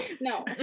No